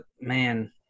man